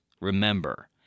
remember